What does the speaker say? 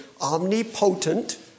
omnipotent